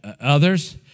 others